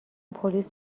پلیس